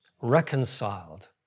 Reconciled